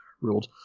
ruled